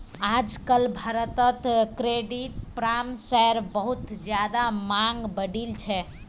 आजकल भारत्त क्रेडिट परामर्शेर बहुत ज्यादा मांग बढ़ील छे